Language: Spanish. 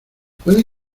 puede